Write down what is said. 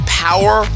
power